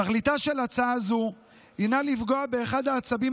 תכליתה של הצעה זו היא לפגוע באחד העצבים